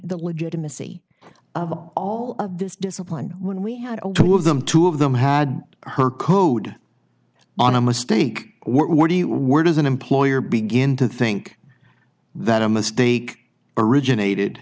the legitimacy of all of this discipline when we had two of them two of them had her code on a mistake what do you where does an employer begin to think that a mistake originated